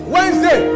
Wednesday